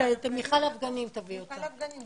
מיכל אבגנים.